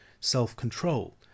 Self-control